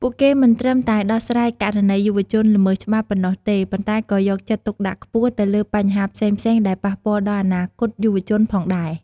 ពួកគេមិនត្រឹមតែ ដោះស្រាយករណីយុវជនល្មើសច្បាប់ ប៉ុណ្ណោះទេ ប៉ុន្តែក៏យកចិត្តទុកដាក់ខ្ពស់ទៅលើបញ្ហាផ្សេងៗដែលប៉ះពាល់ដល់អនាគតយុវជនផងដែរ។